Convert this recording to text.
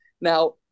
Now